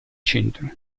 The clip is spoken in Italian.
centro